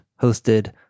hosted